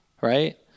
right